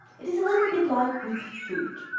it is a little bit like with food.